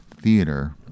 Theater